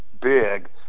big